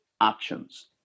actions